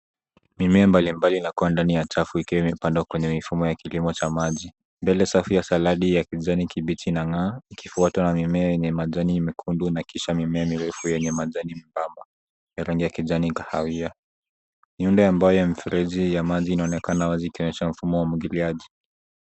Mimea mbalimbali inakua ndani ya trafu ikiwa imepandwa kwenye mfumo wa kilimo cha maji. Mbele safi ya saladi ya kijani kibichi inang'aa ikifuatwa na mimea yenye majani mekundu na kisha mimea mirefu yenye majani mebamba ya rangi ya kijani kahawia.